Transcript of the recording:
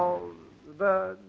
all the